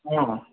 ಹಾಂ